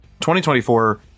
2024